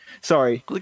Sorry